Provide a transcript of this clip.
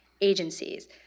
agencies